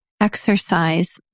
exercise